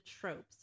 tropes